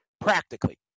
practically